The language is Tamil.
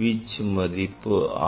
வீச்சு மதிப்பு ஆகும்